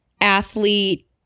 athlete